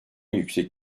yüksek